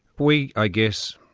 we, i guess,